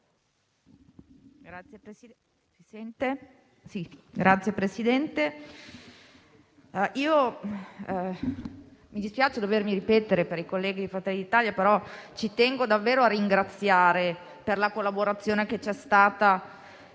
Signor Presidente, mi dispiace dovermi ripetere per i colleghi di Fratelli d'Italia, però ci tengo davvero a ringraziare per la collaborazione che c'è stata